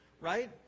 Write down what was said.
right